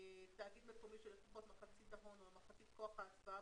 תאגיד מקומי שלפחות מחצית ההון או מחצית כוח ההצבעה